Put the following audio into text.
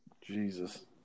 Jesus